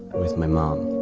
with my mom